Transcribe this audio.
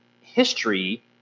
history